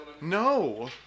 No